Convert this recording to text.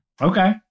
Okay